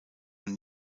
und